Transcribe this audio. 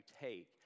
take